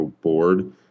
board